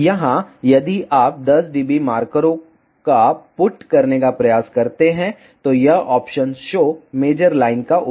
यहाँ यदि आप 10 dB मार्करों का पुट करने का प्रयास करते हैं तो यह ऑप्शन शो मेजर लाइन का उपयोग करें